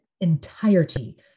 entirety